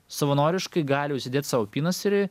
savanoriškai gali užsidėt sau apynasrį